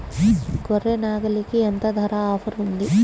గొర్రె, నాగలికి ఎంత ధర ఆఫర్ ఉంది?